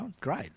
great